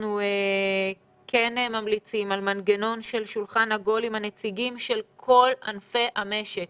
אנחנו כן ממליצים על מנגנון שולחן עגול עם הנציגים של כל ענפי המשק.